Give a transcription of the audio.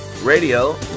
Radio